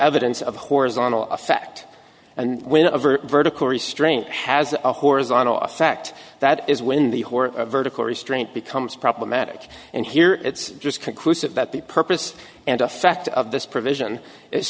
evidence of horizontal effect and when of a vertical restraint has a horizontal effect that is when the horror of vertical restraint becomes problematic and here it's just conclusive that the purpose and effect of this provision i